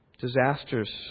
disasters